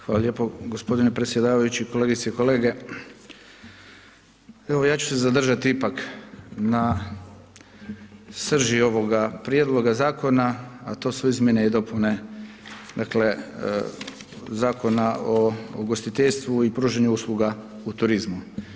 Hvala lijepo gospodine predsjedavajući, kolegice i kolege evo ja ću se zadržati ipak na srži ovoga prijedloga zakona, a to su izmjene i dopune dakle Zakona o ugostiteljstvu i pružanje usluga u turizmu.